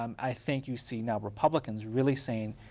um i think you see now republicans really saying,